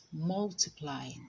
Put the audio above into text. multiplying